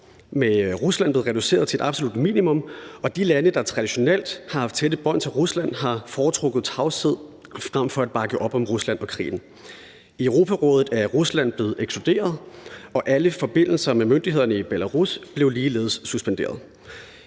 med Rusland blevet reduceret til et absolut minimum, og de lande, der traditionelt har haft tætte bånd til Rusland, har foretrukket tavshed frem for at bakke op om Rusland og krigen. I Europarådet er Rusland blevet ekskluderet, og alle forbindelser med myndighederne i Belarus blev ligeledes suspenderet.